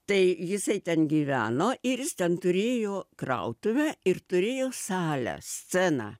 tai jisai ten gyveno ir jis ten turėjo krautuvę ir turėjo salę sceną